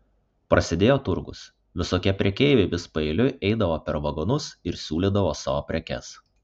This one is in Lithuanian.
prasidėjo turgus visokie prekeiviai vis paeiliui eidavo per vagonus ir siūlydavo savo prekes